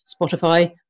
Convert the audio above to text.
Spotify